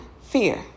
fear